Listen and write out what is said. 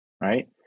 right